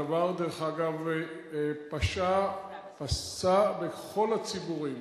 הדבר, דרך אגב, פשה בכל הציבורים,